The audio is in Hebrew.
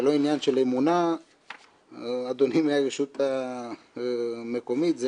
אדוני מהרשות המקומית,